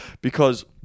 because-